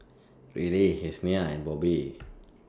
Ryleigh Yessenia and Bobbi